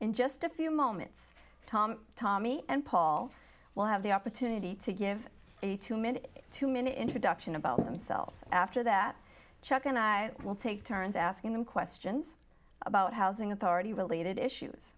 in just a few moments tom tommy and paul will have the opportunity to give a two minute to minute introduction about themselves after that chuck and i will take turns asking them questions about housing authority related issues